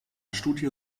studie